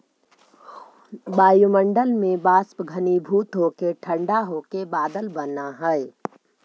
वायुमण्डल में वाष्प घनीभूत होके ठण्ढा होके बादल बनऽ हई